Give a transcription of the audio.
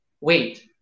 wait